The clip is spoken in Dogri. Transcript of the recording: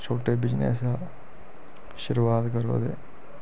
छोटे बिजनेस शा शरुआत करो ते